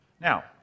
Now